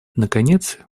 наконец